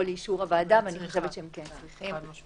לאישור הוועדה ואני חושבת שכן צריכים.